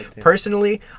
personally